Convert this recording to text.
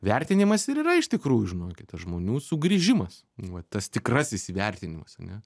vertinimas ir yra iš tikrųjų žinokit tas žmonių sugrįžimas va tas tikrasis įvertinimas ane